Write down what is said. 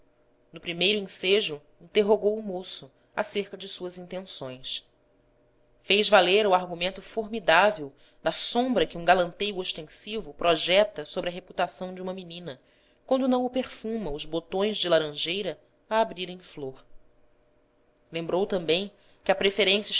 no primeiro ensejo interrogou o moço acerca de suas intenções fez valer o argumento formidável da sombra que um galanteio ostensivo projeta sobre a reputação de uma menina quando não o perfuma os botões de laranjeira a abrir em flor lembrou também que a preferência